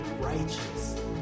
righteous